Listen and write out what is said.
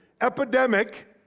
epidemic